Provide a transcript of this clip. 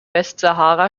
westsahara